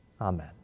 amen